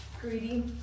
greedy